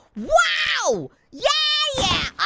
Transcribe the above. wow, yeah!